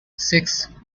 six